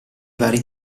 vari